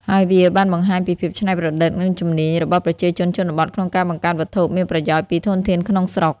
ហើយវាបានបង្ហាញពីភាពច្នៃប្រឌិត និងជំនាញរបស់ប្រជាជនជនបទក្នុងការបង្កើតវត្ថុមានប្រយោជន៍ពីធនធានក្នុងស្រុក។